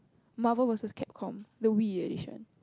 marvel versus cap com the Wii edition